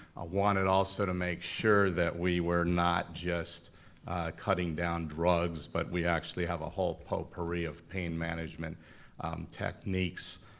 ah wanted also to make sure that we were not just cutting down drugs, but we actually have a whole potpourri of pain management techniques.